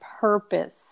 purpose